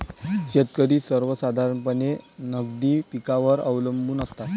शेतकरी सर्वसाधारणपणे नगदी पिकांवर अवलंबून असतात